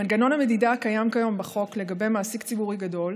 מנגנון המדידה הקיים כיום בחוק לגבי מעסיק ציבורי גדול,